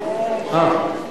30, אין מתנגדים ואין נמנעים.